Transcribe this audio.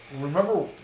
remember